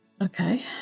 Okay